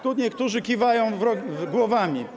Tu niektórzy kiwają głowami.